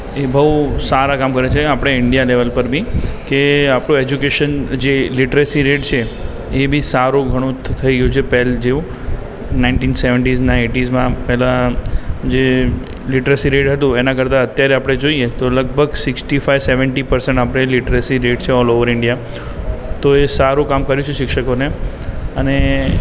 એ બહુ સારાં કામ કરે છે આપણે ઇન્ડિયા લૅવલ પર બી કે જે આપણું ઍજ્યુકેશન કે જે લિટરસી રેટ છે એ બી સારુ ઘણું થઇ ગયું છે પહેલાં જેવું નાઇન્ટીન સેવંટીઝના એઇટીના પહેલાં જે લિટરસી રેટ હતું એના કરતાં અત્યારે આપણે જોઈએ તો લગભગ સિક્સ્ટી ફાઇવ સેવંટી પરસન્ટ આપણે લીટ્રેસી રેટ છે અત્યારે ઑલ ઇન્ડિયા તો એ સારું કામ કર્યું છે શિક્ષકોને અને